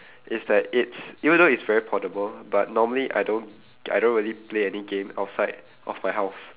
it's that it's even though it's very portable but normally I don't I don't really play any game outside of my house